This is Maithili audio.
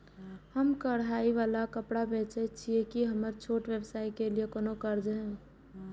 हम कढ़ाई वाला कपड़ा बेचय छिये, की हमर छोटा व्यवसाय के लिये कोनो कर्जा है?